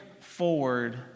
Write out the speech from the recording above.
forward